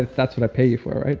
that's what i pay you for, right?